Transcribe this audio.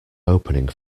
opening